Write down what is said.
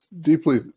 deeply